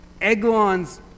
Eglon's